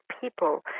people